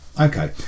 Okay